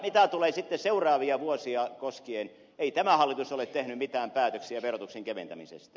mitä tulee sitten seuraaviin vuosiin ei tämä hallitus ole tehnyt mitään päätöksiä verotuksen keventämisestä